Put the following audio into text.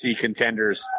contenders